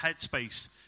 headspace